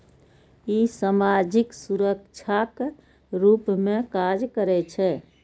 ई सामाजिक सुरक्षाक रूप मे काज करै छै